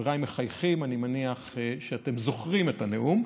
חבריי מחייכים, אני מניח שאתם זוכרים את הנאום.